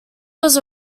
was